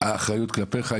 האחריות כלפיך,